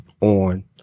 on